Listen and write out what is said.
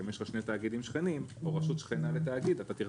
שאם יש לך שני תאגידים שכנים או רשות שכנה לתאגיד,